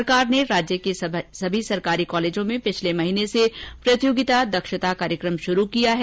सरकार ने राज्य के सभी सरकारी कॉलेजों में पिछले महीने से प्रतियोगिता दक्षता कार्यक्रम शुरू किया है